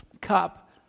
cup